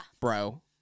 bro